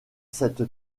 cette